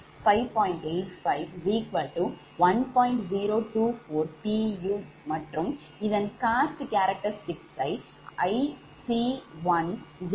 𝑢 மற்றும் இதன் cost characteristic ஐ 𝐼𝐶140